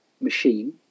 machine